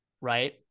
right